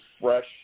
fresh